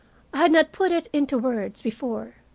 i had not put it into words before,